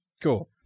Cool